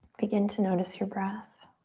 begin to notice your breath.